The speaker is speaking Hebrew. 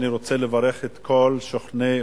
אני רוצה לברך את כל שוכני,